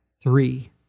Three